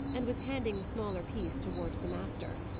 and was handing the smaller piece towards the master.